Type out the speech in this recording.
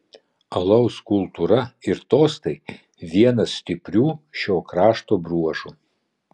alaus kultūra ir tostai vienas stiprių šio krašto bruožų